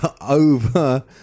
over